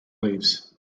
leaves